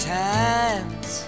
times